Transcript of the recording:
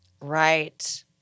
Right